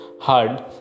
hard